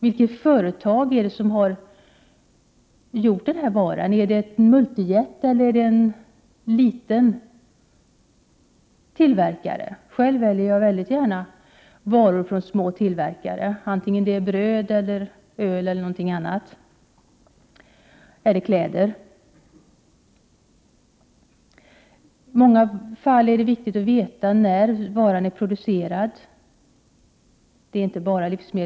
Vilket företag är det som gjort den här varan, är det fråga om en multijätte eller en liten tillverkare? Jag själv väljer mycket gärna varor från en mindre tillverkare, vare sig det gäller bröd, öl, kläder eller något annat. Det är i många fall viktigt att veta när varan är producerad och med vilken produktionsmetod.